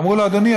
אמרו לו: אדוני,